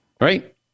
Right